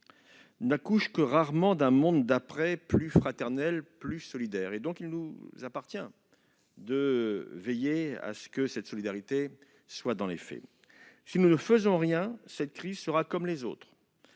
n'accouchent que rarement d'un monde d'après plus fraternel et plus solidaire. Il nous appartient de veiller à ce que cette solidarité s'inscrive dans les faits. Si nous ne faisons rien, cette crise sera comme les autres.